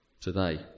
today